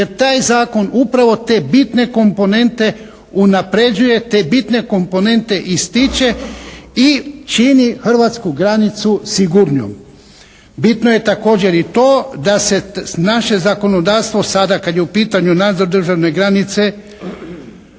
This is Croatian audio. jer taj zakon upravo te bitne komponente unapređuje, te bitne komponente ističe i čini hrvatsku granicu sigurnijom. Bitno je također i to da se naše zakonodavstvo sada kad je u pitanju nadzor državne granice